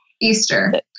Easter